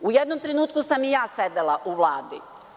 U jednom trenutku sam i ja sedela u Vladi.